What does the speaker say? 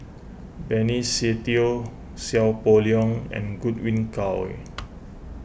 Benny Se Teo Seow Poh Leng and Godwin Koay